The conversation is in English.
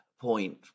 point